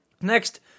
Next